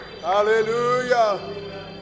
Hallelujah